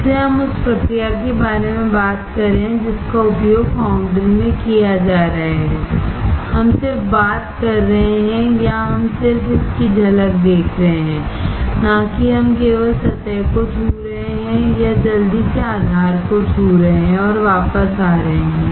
इसलिए हम उस प्रक्रिया के बारे में बात कर रहे हैं जिसका उपयोग फाउंड्री में किया जा रहा है हम सिर्फ बात कर रहे हैं या हम सिर्फ इसकी झलक देख रहे हैं न कि हम केवल सतह को छू रहे हैं या जल्दी से आधार को छू रहे हैं और वापस आ रहे हैं